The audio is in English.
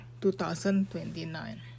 2029